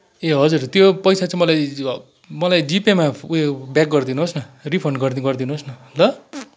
ए हजुर त्यो पैसा चाहिँ मलाई मलाई जिपेमा उयो ब्याक गरिदिनुहोस् न रिफन्ड गरिदिनुहोस् न ल